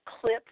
clip